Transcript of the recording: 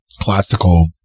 classical